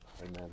amen